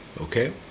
okay